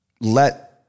let